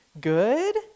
Good